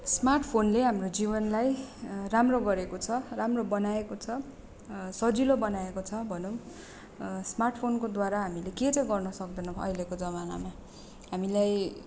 smart फोनले हाम्रो जीवनलाई राम्रो गरेको छ राम्रो बनाएको छ सजिलो बनाएको छ भनौँ स्मार्ट फोनकोद्वारा हामीले के चाहिँ गर्नु सक्दैनौँ अहिलेको जमानामा हामीलाई